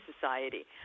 society